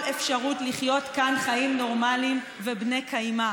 אפשרות לחיות כאן חיים נורמליים ובני-קיימא.